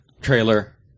trailer